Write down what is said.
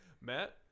Matt